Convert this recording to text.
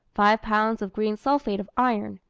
five lbs. of green sulphate of iron,